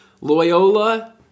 Loyola